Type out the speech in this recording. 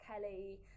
Kelly